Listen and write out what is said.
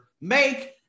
make